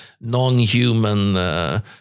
non-human